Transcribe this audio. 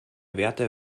werte